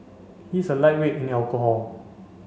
he is a lightweight in alcohol